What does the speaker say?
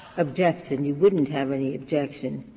objection, you wouldn't have any objection,